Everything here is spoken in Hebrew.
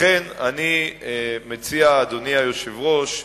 לכן אני מציע, אדוני היושב-ראש,